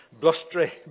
blustery